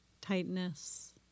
tightness